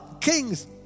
kings